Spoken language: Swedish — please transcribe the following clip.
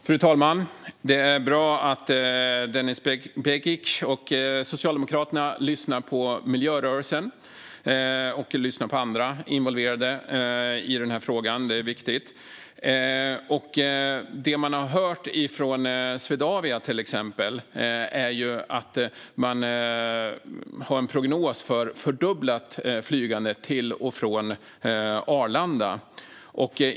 Fru talman! Det är bra att Denis Begic och Socialdemokraterna lyssnar på miljörörelsen och andra involverade i den här frågan. Det är viktigt. Det vi har hört från till exempel Swedavia är att man har en prognos för ett fördubblat flygande till och från Arlanda.